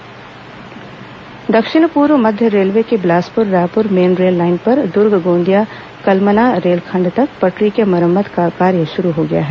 railway megablock दक्षिण पूर्व मध्य रेलवे के Bilaspur Raipur main rail line पर दुर्ग गोंदिया कलमना रेलखंड तक पटरी के मरम्मत का कार्य शुरू हो गया है